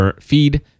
feed